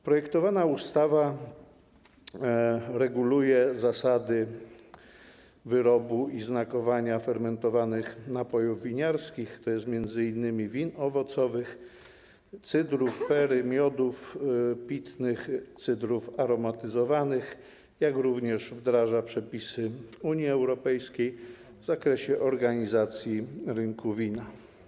Projektowana ustawa reguluje zasady wyrobu i znakowania fermentowanych napojów winiarskich, tj. m.in. win owocowych, cydrów, perry, miodów pitnych, cydrów aromatyzowanych, jak również wdraża przepisy Unii Europejskiej w zakresie organizacji rynku wina.